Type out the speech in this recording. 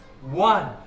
One